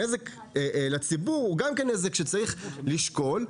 הנזק לציבור הוא גם נזק שצריך לשקול,